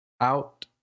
out